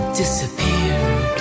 disappeared